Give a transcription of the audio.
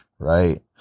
Right